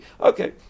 Okay